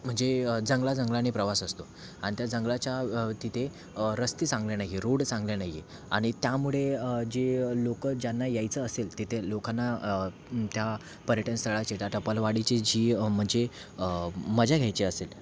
म्हणजे जंगला जंगलाने प्रवास असतो आणि त्या जंगलाच्या तिथे रस्ते चांगले नाही आहे रोड चांगले नाही आहे आणि त्यामुळे जे लोकं ज्यांना यायचं असेल तिथे लोकांना त्या पर्यटन स्थळाचे त्या टपालवाडीची जी म्हणजे मजा घ्यायची असेल